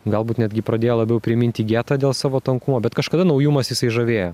galbūt netgi pradėjo labiau priminti getą dėl savo tankumo bet kažkada naujumas jisai žavėjo